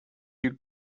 you